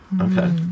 Okay